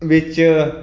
ਵਿੱਚ